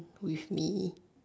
with me